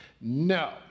No